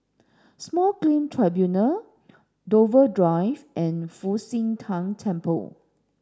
Small Claim Tribunals Dover Drive and Fu Xi Tang Temple